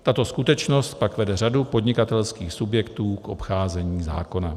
Tato skutečnost pak vede řadu podnikatelských subjektů k obcházení zákona.